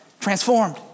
transformed